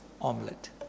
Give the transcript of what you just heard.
omelette